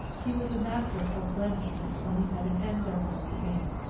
he was a master of blandishment when he had an end thereby to gain.